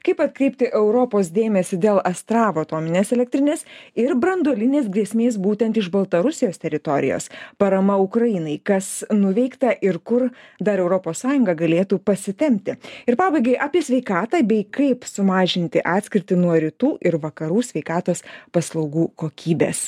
kaip atkreipti europos dėmesį dėl astravo atominės elektrinės ir branduolinės grėsmės būtent iš baltarusijos teritorijos parama ukrainai kas nuveikta ir kur dar europos sąjunga galėtų pasitempti ir pabaigai apie sveikatą bei kaip sumažinti atskirtį nuo rytų ir vakarų sveikatos paslaugų kokybės